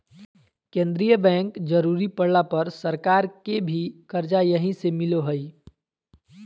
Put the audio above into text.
केंद्रीय बैंक जरुरी पड़ला पर सरकार के भी कर्जा यहीं से मिलो हइ